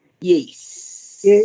Yes